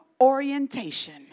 orientation